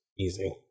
easy